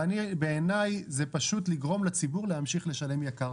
בעיניי זה פשוט לגרום לציבור להמשיך לשלם יקר.